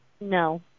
No